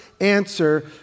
answer